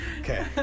okay